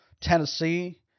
Tennessee